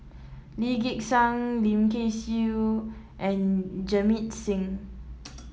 Lee Gek Seng Lim Kay Siu and Jamit Singh